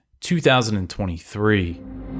2023